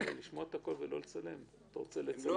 הם לא יצולמו.